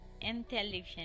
intelligence